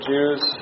Jews